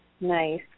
Nice